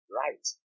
right